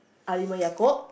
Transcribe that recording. Halimah-Yacob